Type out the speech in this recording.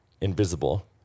invisible